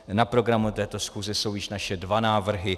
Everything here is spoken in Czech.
Na programu této schůze jsou již naše dva návrhy.